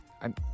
I'm-